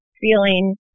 feeling